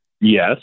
Yes